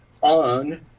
on